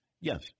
Yes